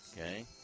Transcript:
Okay